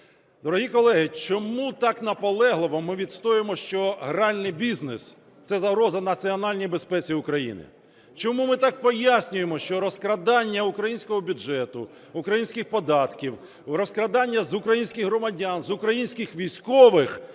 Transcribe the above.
Дорогі колеги, чому так наполегливо ми відстоюємо, що гральний бізнес – це загроза національній безпеці України. Чому ми так пояснюємо, що розкрадання українського бюджету, українських податків, розкрадання з українських громадян, з українських військових –